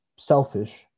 selfish